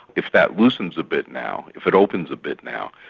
if that loosens a bit now, if it opens a bit now,